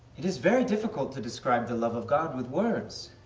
it is very difficult to describe the love of god with words.